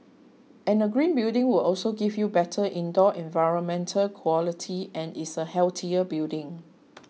and a green building will also give you better indoor environmental quality and is a healthier building